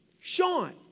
Sean